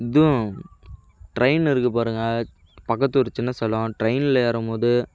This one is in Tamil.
இதுவும் ட்ரெயின் இருக்குது பாருங்க பக்கத்து ஊர் சின்ன சேலம் ட்ரெயினில் ஏறும்போது